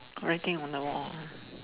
cracking on the wall